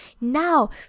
Now